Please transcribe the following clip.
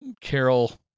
Carol